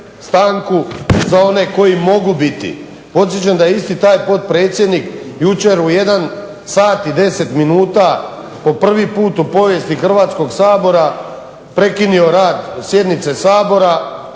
stanku, za one koji mogu biti. Podsjećam da je isti taj potpredsjednik jučer u jedan sat i deset minuta po prvi put u povijesti Hrvatskog sabora prekinuo rad sjednice Sabora